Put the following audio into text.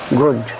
good